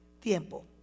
Tiempo